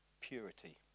Purity